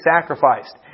sacrificed